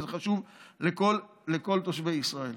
וזה חשוב לכל תושבי ישראל.